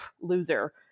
loser